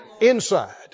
inside